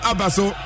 Abaso